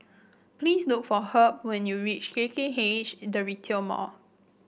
please look for Herb when you reach K K H The Retail Mall